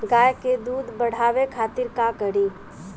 गाय के दूध बढ़ावे खातिर का करी?